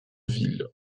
ville